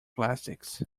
plastics